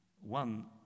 one